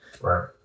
right